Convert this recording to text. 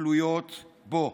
תלויות בו".